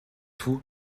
tout